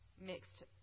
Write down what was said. mixed